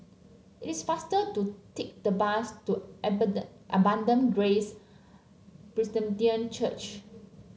it's faster to take the bus to Abundant Grace Presbyterian Church